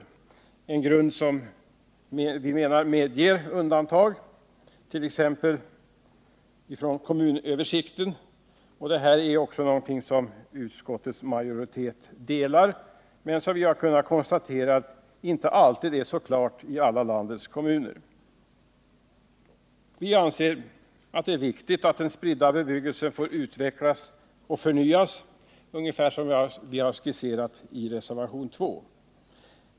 Vi menar att denna lagstiftning medger undantag från t.ex. kommunöversikten. Denna uppfattning omfattas också av utskottets majoritet. Vi har däremot kunnat konstatera att den inte alltid är så klart företrädd i landets kommuner. Vi anser att det är viktigt att den spridda bebyggelsen får utvecklas och förnyas ungefär i enlighet med vad vi har skisserat i reservationen 2.